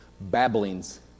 babblings